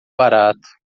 barato